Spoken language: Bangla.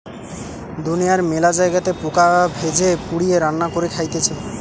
দুনিয়ার মেলা জায়গাতে পোকা ভেজে, পুড়িয়ে, রান্না করে খাইতেছে